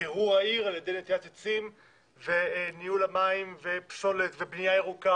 קירור העיר על ידי נטיעת עצים וניהול המים ופסולת ובניה ירוקה